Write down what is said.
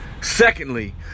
Secondly